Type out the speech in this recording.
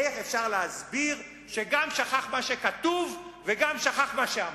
איך אפשר להסביר שהוא גם שכח מה שכתוב וגם שכח מה שהוא אמר?